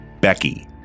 Becky